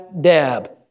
dab